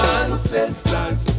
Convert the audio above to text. ancestors